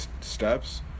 steps